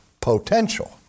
potential